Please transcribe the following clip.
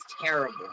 terrible